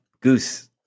Goose